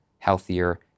healthier